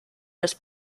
los